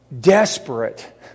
desperate